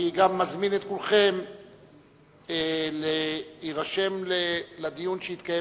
אני גם מזמין את כולכם להירשם לדיון שיתקיים